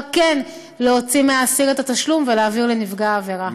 כן להוציא מהאסיר את התשלום ולהעביר לנפגע העבירה.